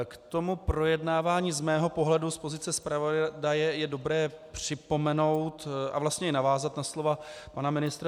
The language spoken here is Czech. K tomu projednávání z mého pohledu z pozice zpravodaje je dobré připomenout a vlastně i navázat na slova pana ministra.